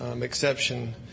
exception